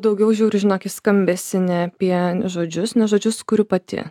daugiau žiūriu žinok į skambesį ne apie žodžius nes žodžius kuriu pati